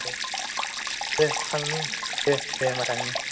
दे थांनि दे दे होनबा थांनि